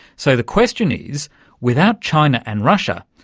so the question is without china and russia,